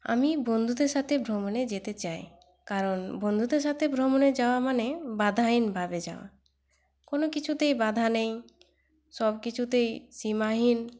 আমি বন্ধুদের সাথে ভ্রমণে যেতে চাই কারণ বন্ধুদের সাথে ভ্রমণে যাওয়া মানে বাধাহীনভাবে যাওয়া কোনও কিছুতেই বাধা নেই সব কিছুতেই সীমাহীন